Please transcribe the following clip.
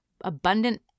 abundant